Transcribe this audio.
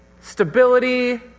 stability